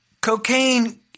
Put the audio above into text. cocaine